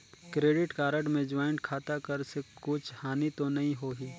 Credit card मे joint खाता कर से कुछ हानि तो नइ होही?